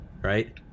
Right